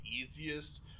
easiest